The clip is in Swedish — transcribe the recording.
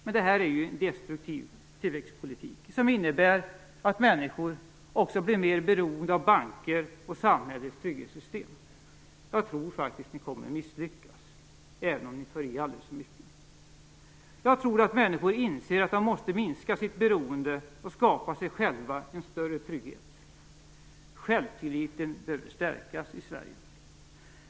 Men det är en destruktiv tillväxtpolitik, som innebär att människor också blir mer beroende av banker och samhällets trygghetssystem. Jag tror att ni kommer att misslyckas, även om ni tar i aldrig så mycket. Jag tror att människor inser att de måste minska sitt beroende och skapa sig själva en större trygghet. Självtilliten behöver stärkas i Sverige.